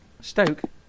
Stoke